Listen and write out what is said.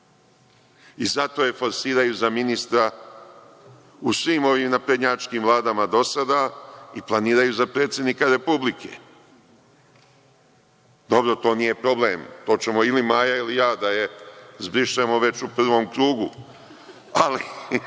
Zato je forsiraju za ministra u svim naprednjačkim vladama do sada i planiraju za predsednika republike. Dobro, to nije problem to ćemo ili Maja ili ja da je zbrišemo već u prvom krugu… **Maja